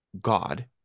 god